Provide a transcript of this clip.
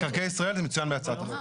מקרקעי ישראל, זה מצוין בהצעת החוק.